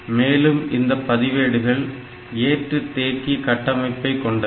மேலும் இந்த பதிவேடுகள் ஏற்று தேக்கி கட்டமைப்பை கொண்டது